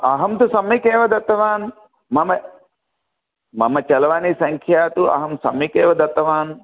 अहं तु सम्यगेव दत्तवान् मम मम चलवाणीसङ्ख्यां तु अहं सम्यगेव दत्तवान्